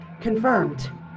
Confirmed